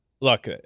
look